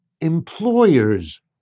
Employers